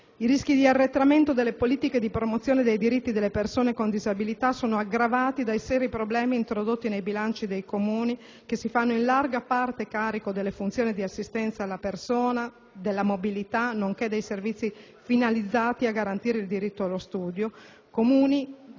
I rischi di arretramento delle politiche di promozione dei diritti delle persone con disabilità sono aggravati dai seri problemi introdotti nei bilanci dei Comuni, che si fanno in larga parte carico delle funzioni di assistenza alla persona, della mobilità, nonché dei servizi finalizzati a garantire il diritto allo studio, Comuni